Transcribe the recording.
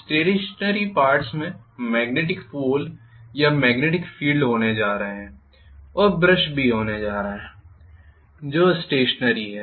stationery parts में magnetics pole या magnetic field होने जा रहे हैं और ब्रश भी होने जा रहा हूं जो स्टेशनरी हैं